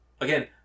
again